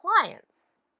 clients